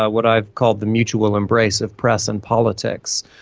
ah what i've called the mutual embrace of press and politics,